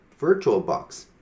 VirtualBox